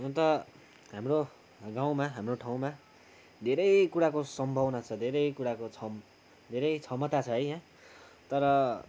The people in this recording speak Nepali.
हुन त हाम्रो गाउँमा हाम्रो ठाउँमा धेरै कुराको सम्भावना छ धेरै कुराको क्षम धेरै क्षमता छ है यहाँ तर